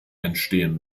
entstehen